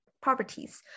properties